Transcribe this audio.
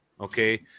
Okay